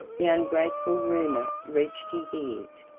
the ungrateful rumor reached his ears,